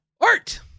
Art